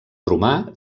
romà